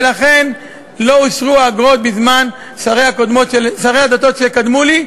ולכן לא אושרו האגרות בזמן שרי הדתות שקדמו לי,